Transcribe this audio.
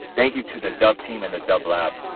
thank you to the dubb team and the dubb lab.